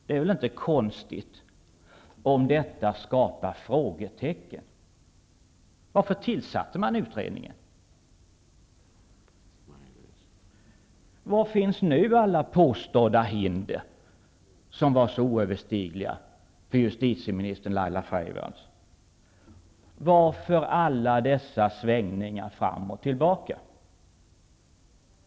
Det är inte konstigt att detta skapar frågetecken. Varför tillsatte regeringen utredningen? Var finns nu alla påstådda hinder som var så oöverstigliga för justitieminister Laila Freivalds? Varför gör man alla dessa svängningar fram och tillbaka?